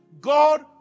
God